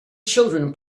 children